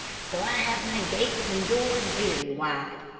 so i have my gates and doors very wide.